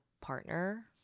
partner